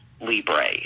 Libre